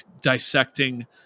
dissecting